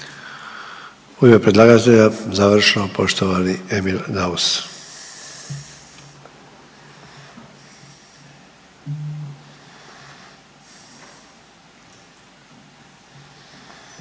U ime predlagatelja završno poštovani Emil Daus.